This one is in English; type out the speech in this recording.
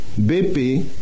BP